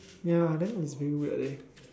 ya then it's very weird leh